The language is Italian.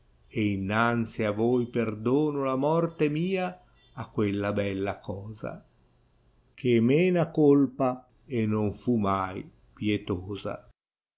e innanzi a voi perdono la morte mia a quella bella cosa che men ha colpa e non fu mai pietosa